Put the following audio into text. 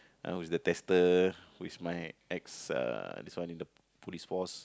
uh with the tester who is my ex uh this one in the Police Force